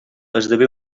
esdevé